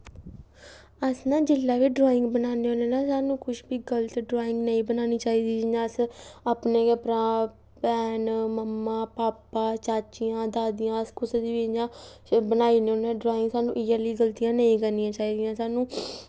अस ना जेल्लै बी ड्राईंग बनान्ने होने ना ते साह्नूं किश बी ड्राईंग गलत नेईं बनानी चाहिदी दियां जि'यां अपने गै भ्राऽ भैन मम्मा भापा चाचियां दादियां अस कुसै दी बी जि'यां बनाई नै होन्ने ड्राईंग साह्नूं इ'यै नेही गलतियां नेईं करनियां चाहिदियां साह्नूं